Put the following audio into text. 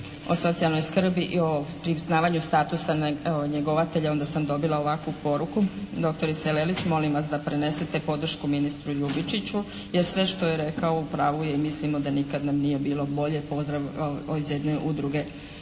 o socijalnoj skrbi i o priznavanju statusa njegovatelja onda sam dobila ovakvu poruku. Doktorice Lelić molim vas da prenesete podršku ministru Ljubičiću, jer sve što je rekao u pravu je i mislimo da nikad nam nije bilo bolje. Pozdrav iz jedne Udruge